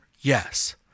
Yes